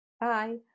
Bye